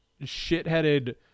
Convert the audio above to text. shitheaded